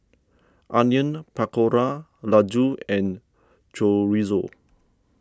Onion Pakora Ladoo and Chorizo